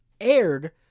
aired